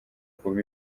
kuba